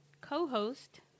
co-host